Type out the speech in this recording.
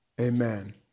Amen